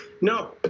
No